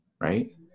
Right